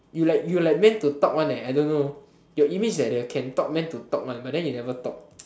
you like you like meant to talk one eh I don't know your image like the can talk meant to talk one but then you never talk